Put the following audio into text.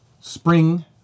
spring